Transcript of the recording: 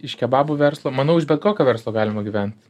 iš kebabų verslo manau iš bet kokio verslo galima gyvent